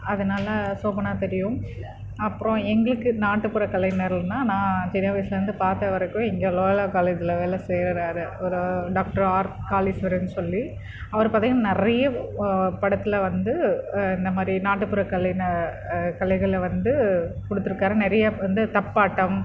அதனால் சோபனா தெரியும் அப்றம் எங்களுக்கு நாட்டுப்புற கலைஞர்னா நான் சின்ன வயசுலேந்து பார்த்த வரைக்கும் இங்கே லோயாலா காலேஜில் வேலை செய்கிற ஒரு டாக்டர் ஆர் காளீஷ்வரர்னு சொல்லி அவரை பார்த்திங்கன்னா நிறைய படத்தில் வந்து இந்த மாதிரி நாட்டுப்புற கலைன்னு கலைகளை வந்து கொடுத்துருக்காரு நிறைய வந்து தப்பாட்டம்